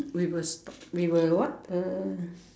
we will stop we will what uh